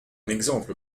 exemple